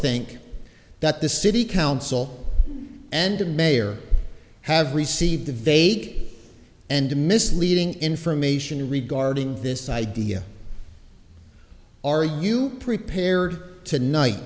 think that the city council and the mayor have received a vague and misleading information regarding this idea are you prepared tonight